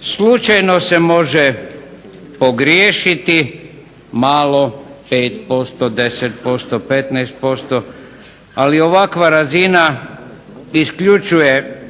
Slučajno se može pogriješiti malo, 5%, 10%, 15%. Ali ovakva razina isključuje